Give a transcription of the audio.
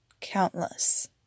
countless